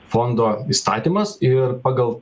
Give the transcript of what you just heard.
fondo įstatymas ir pagal